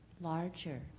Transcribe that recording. larger